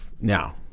Now